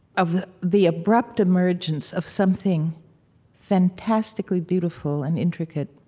of the abrupt emergence of something fantastically beautiful and intricate